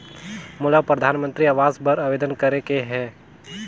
मोला परधानमंतरी आवास बर आवेदन करे के हा?